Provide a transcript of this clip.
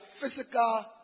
physical